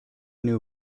knew